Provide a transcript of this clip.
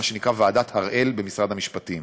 מה שנקרא ועדת הראל, במשרד המשפטים.